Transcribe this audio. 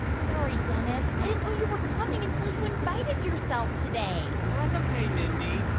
sorry, dennis. i didn't know you were coming until you invited yourself today well, hat's ok, mindy.